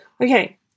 Okay